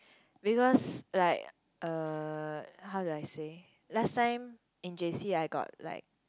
because like uh how do I say last time in J_C I got like